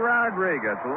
Rodriguez